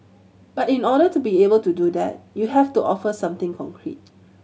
but in order to be able to do that you have to offer something concrete